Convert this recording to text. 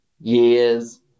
years